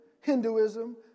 Hinduism